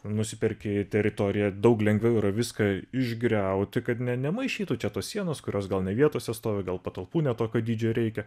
nusiperki teritoriją daug lengviau yra viską išgriauti kad nemaišytų čia tos sienos kurios gal ne vietose stovi gal patalpų ne tokio dydžio reikia